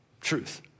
truth